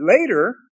Later